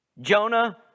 Jonah